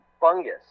Fungus